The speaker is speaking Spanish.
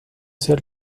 ser